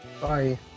Bye